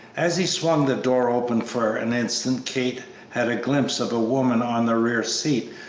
as he swung the door open for an instant kate had a glimpse of a woman on the rear seat,